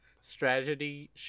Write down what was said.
strategy